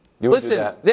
Listen